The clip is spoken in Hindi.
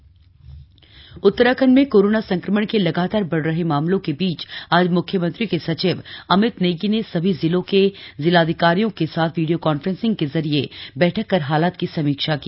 अमित नेगी उत्तराखंड में कोरोना संक्रमण के लगातार बढ़ रहे मामलों के बीच आज मुख्यमंत्री के सचिव अमित नेगी ने सभी जिलों के जिलाधिकारियों के साथ वीडियो कॉन्फ्रेंसिंग के जरिए बैठक कर हालात की समीक्षा की